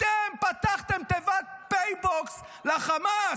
אתם פתחתם תיבת PayBox לחמאס.